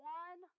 one